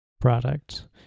product